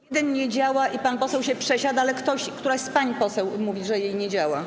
Jeden nie działa i pan poseł się przesiadł, ale któraś z pań poseł mówi, że jej nie działa.